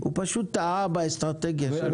הוא פשוט טעה באסטרטגיה שלו.